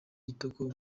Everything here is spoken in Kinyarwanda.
kitoko